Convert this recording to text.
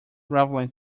relevant